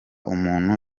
umuntu